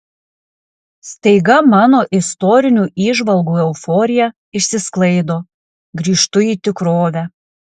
staiga mano istorinių įžvalgų euforija išsisklaido grįžtu į tikrovę